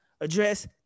Address